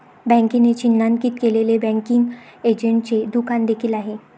बँकेने चिन्हांकित केलेले बँकिंग एजंटचे दुकान देखील आहे